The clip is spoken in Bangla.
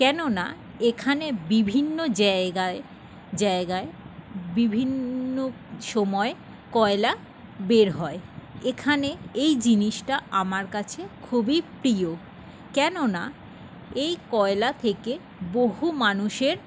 কেন না এখানে বিভিন্ন জায়গায় জায়গায় বিভিন্ন সময় কয়লা বের হয় এখানে এই জিনিসটা আমার কাছে খুবই প্রিয় কেন না এই কয়লা থেকে বহু মানুষের